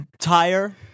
Tire